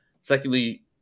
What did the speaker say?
Secondly